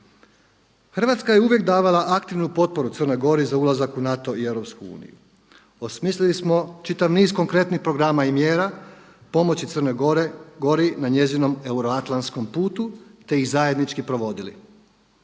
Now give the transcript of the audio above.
Hrvatska je uvijek davala aktivnu potporu Crnoj Gori za ulazak u NATO i EU. Osmislili smo čitav niz konkretnih programa i mjera pomoći Crnoj Gori na njezinom euroatlantskom putu te ih zajednički provodili.